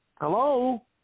Hello